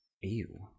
ew